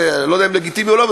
אני לא יודע אם לגיטימי או לא,